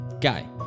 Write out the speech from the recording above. Guy